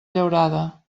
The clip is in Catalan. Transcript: llaurada